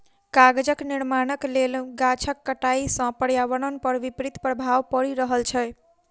कागजक निर्माणक लेल गाछक कटाइ सॅ पर्यावरण पर विपरीत प्रभाव पड़ि रहल छै